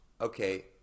okay